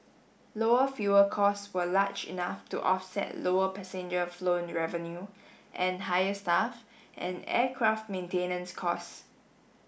lower fuel costs were large enough to offset lower passenger flown revenue and higher staff and aircraft maintenance costs